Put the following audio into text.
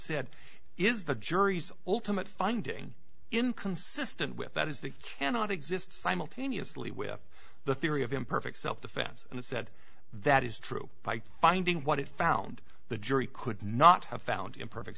said is the jury's ultimate finding inconsistent with that is they cannot exist simultaneously with the theory of imperfect self defense and said that is true by finding what it found the jury could not have found imperfect